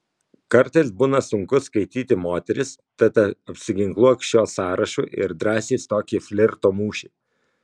kartais būna sunku skaityti moteris tad apsiginkluok šiuo sąrašu ir drąsiai stok į flirto mūšį